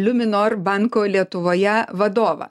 luminor banko lietuvoje vadovą